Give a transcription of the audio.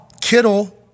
Kittle